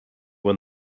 when